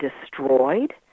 destroyed